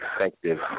effective